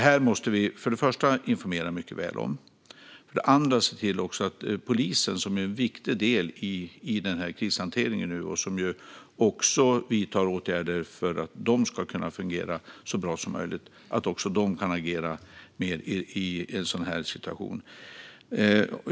Vi måste för det första informera mycket väl om detta och för det andra se till att polisen, som är en viktig del i krishanteringen och också vidtar åtgärder för att kunna fungera så bra som möjligt, kan agera i en sådan här situation.